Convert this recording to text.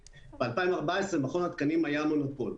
ב-2014 מכון התקנים היה מונופול.